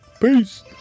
peace